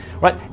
right